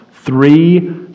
three